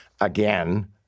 again